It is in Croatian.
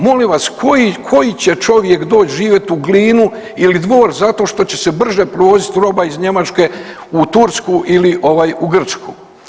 Molim vas koji, koji će čovjek doći živjet u Glinu ili Dvor zato što će se brže prevozit roba iz Njemačke u Tursku ili ovaj u Grčku.